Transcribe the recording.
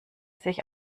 sich